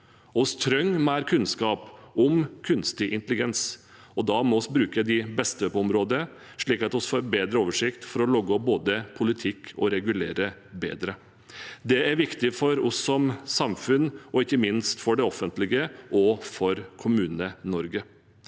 Vi trenger mer kunnskap om kunstig intelligens. Da må vi bruke de beste på området, slik at vi får bedre oversikt for både å lage politikk og regulere bedre. Det er viktig for oss som samfunn og ikke minst for det offentlige og for Kommune-Norge,